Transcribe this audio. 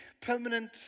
permanent